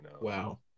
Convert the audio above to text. Wow